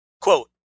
Quote